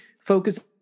focus